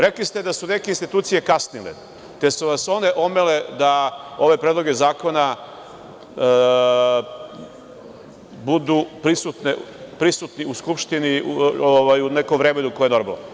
Rekli ste da su neke institucije kasnile, te su vas one omele da ove predloge zakona budu prisutni u Skupštini, u neko vreme u koje je normalno.